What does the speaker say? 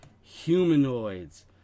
humanoids